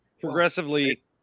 progressively